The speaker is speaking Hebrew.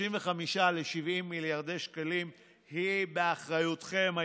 מ-35 ל-70 מיליארדי שקלים היא באחריותכם הישירה.